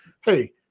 hey